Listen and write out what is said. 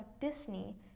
Disney